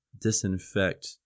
disinfect